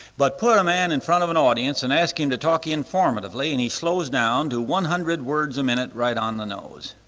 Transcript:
but put a man in front of an audience and ask him to talk informatively and he slows down to one hundred words a minute right on the nose.